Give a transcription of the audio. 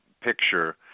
picture